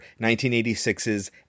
1986's